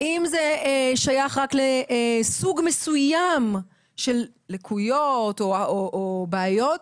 אם זה שייך רק לסוג מסוים של לקויות או בעיות,